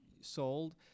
sold